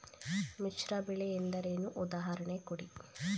ಮಿಶ್ರ ಬೆಳೆ ಎಂದರೇನು, ಉದಾಹರಣೆ ಕೊಡಿ?